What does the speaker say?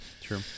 true